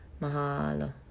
Mahalo